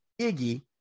Iggy